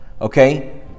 Okay